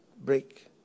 break